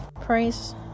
Praise